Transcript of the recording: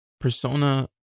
Persona